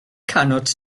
cannot